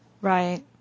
Right